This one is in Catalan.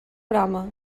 brama